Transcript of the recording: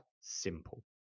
Simple